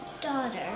daughter